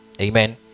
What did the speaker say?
amen